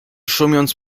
szumiąc